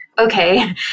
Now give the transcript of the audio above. okay